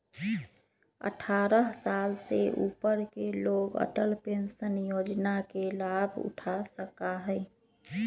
अट्ठारह साल से ऊपर के लोग अटल पेंशन योजना के लाभ उठा सका हई